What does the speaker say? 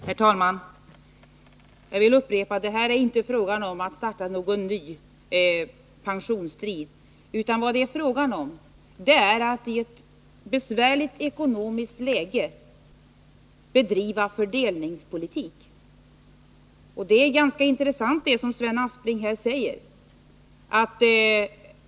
Herr talman! Jag vill upprepa att det inte är fråga om att starta någon ny pensionsstrid, utan vad det är fråga om är att i ett ekonomiskt besvärligt läge bedriva fördelningspolitik. Det som Sven Aspling säger är ganska intressant.